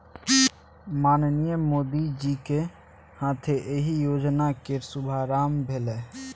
माननीय मोदीजीक हाथे एहि योजना केर शुभारंभ भेलै